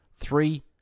Three